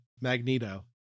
Magneto